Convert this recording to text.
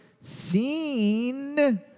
seen